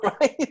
right